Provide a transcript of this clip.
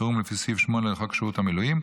חירום לפי סעיף 8 לחוק שירות המילואים,